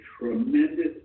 tremendous